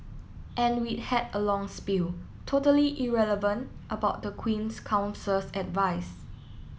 and we had a long spiel totally irrelevant about the Queen's Counsel's advice